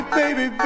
baby